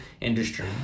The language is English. industry